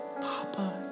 Papa